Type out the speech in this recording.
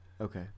Okay